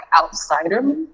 Outsider